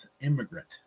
immigrant